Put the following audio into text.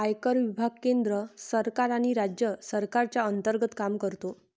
आयकर विभाग केंद्र सरकार आणि राज्य सरकारच्या अंतर्गत काम करतो